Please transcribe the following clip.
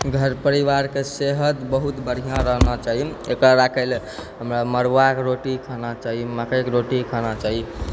घर परिवारके सेहत बहुत बढ़िआँ रहना चाही एकरा रखैला हमरा मरुआके रोटी खाना चाही मकइके रोटी खाना चाही